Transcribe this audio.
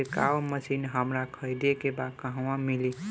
छिरकाव मशिन हमरा खरीदे के बा कहवा मिली?